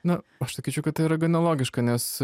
na aš sakyčiau kad tai yra gana logiška nes